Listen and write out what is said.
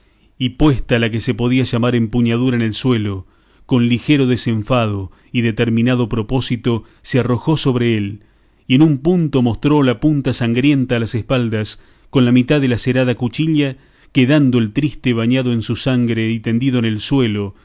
y puesta la que se podía llamar empuñadura en el suelo con ligero desenfado y determinado propósito se arrojó sobre él y en un punto mostró la punta sangrienta a las espaldas con la mitad del acerada cuchilla quedando el triste bañado en su sangre y tendido en el suelo